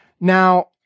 Now